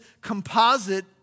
composite